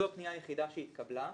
זאת הפנייה היחידה שהתקבלה.